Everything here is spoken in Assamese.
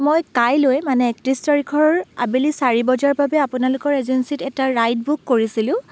মই কাইলৈ মানে একত্ৰিছ তাৰিখৰ আবেলি চাৰি বজাৰ বাবে আপোনালোকৰ এজেঞ্চীত এটা ৰাইড বুক কৰিছিলোঁ